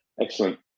Excellent